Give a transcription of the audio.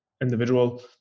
individual